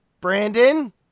Brandon